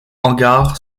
hangar